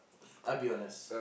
I'll be honest